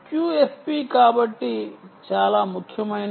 QFP కాబట్టి చాలా ముఖ్యమైనవి